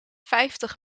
vijftig